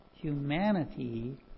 Humanity